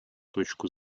точку